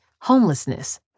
homelessness